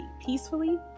peacefully